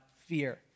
fear